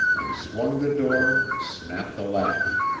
and swung the door, and snapped the latch.